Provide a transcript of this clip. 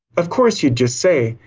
of course, you'd just say,